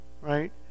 right